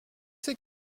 sais